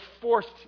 forced